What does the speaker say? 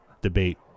debate